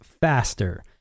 faster